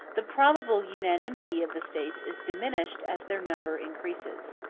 the probable unanimity of the states is diminished as their number increases.